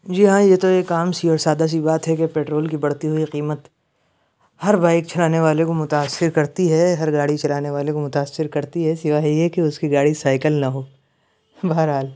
جی ہاں یہ تو ایک عام سی اور سادہ سی بات ہے کہ پٹرول کی بڑھتی ہوئی قیمت ہر بائیک چلانے والے کو متاثر کرتی ہے ہر گاڑی چلانے والے کو متاثر کرتی ہے سوائے یہ کہ اُس کی گاڑی سائیکل نا ہو بہر حال